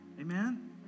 Amen